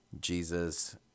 Jesus